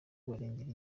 barengera